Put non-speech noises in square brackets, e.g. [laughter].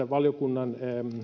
[unintelligible] valiokunnan